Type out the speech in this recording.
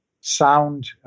sound